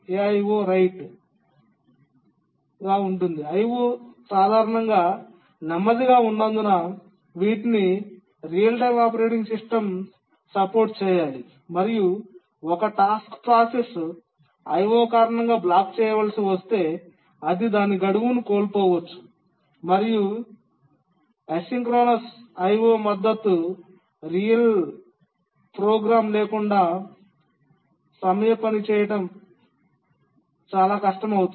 I O సాధారణంగా నెమ్మదిగా ఉన్నందున వీటిని real time operating system support చేయాలి మరియు ఒక టాస్క్ ప్రాసెస్ IO కారణంగా బ్లాక్ చేయవలసి వస్తే అది దాని గడువును కోల్పోవచ్చు మరియు అసమకాలిక IO మద్దతు రియల్ ప్రోగ్రామ్ లేకుండా సమయ పని చేయడం చాలా కష్టం అవుతుంది